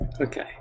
Okay